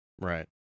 right